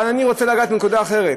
אבל אני רוצה לגעת בנקודה אחרת,